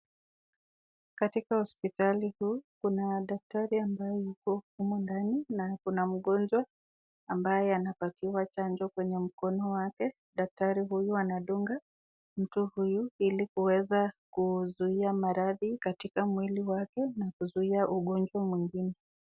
Katika hosipitali huu kuna daktari ambaye yupo humu ndani na kuna mgonjwa ambaye anapatiwa chanjo kwenye mkono wake, daktari huyu anadunga mtu huyu hili kuweza kuzuia maradhi katika mwili wake na kuzuia ugonjwa mwingine.